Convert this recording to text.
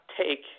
take